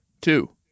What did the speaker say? Two